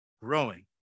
growing